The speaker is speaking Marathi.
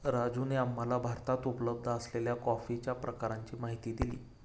राजूने आम्हाला भारतात उपलब्ध असलेल्या कॉफीच्या प्रकारांची माहिती दिली